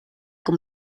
con